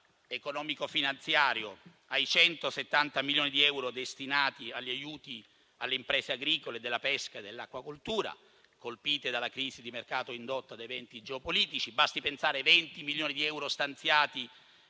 economico-finanziario, ai 170 milioni di euro destinati agli aiuti alle imprese agricole della pesca e dell'acquacoltura, colpite dalla crisi di mercato indotta da eventi geopolitici. Basti pensare ai venti milioni di euro stanziati